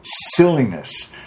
silliness